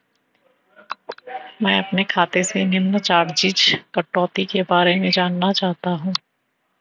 मैं अपने खाते से निम्न चार्जिज़ कटौती के बारे में जानना चाहता हूँ?